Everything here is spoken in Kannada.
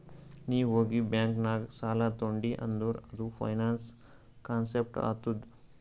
ನೀ ಹೋಗಿ ಬ್ಯಾಂಕ್ ನಾಗ್ ಸಾಲ ತೊಂಡಿ ಅಂದುರ್ ಅದು ಫೈನಾನ್ಸ್ ಕಾನ್ಸೆಪ್ಟ್ ಆತ್ತುದ್